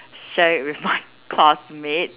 share it with my classmate